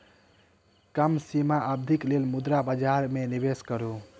कम सीमा अवधिक लेल मुद्रा बजार में निवेश करू